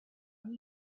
and